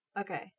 Okay